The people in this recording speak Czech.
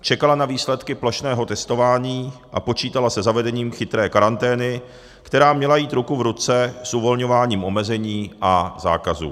Čekala na výsledky plošného testování a počítala se zavedením chytré karantény, která měla jít ruku v ruce s uvolňováním omezení a zákazů.